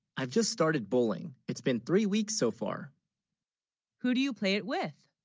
i've just started, bowling it's been three weeks so far who, do you play it with